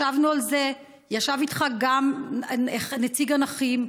ישבנו על זה, ישב איתך גם נציג הנכים,